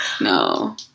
No